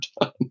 done